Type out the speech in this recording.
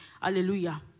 Hallelujah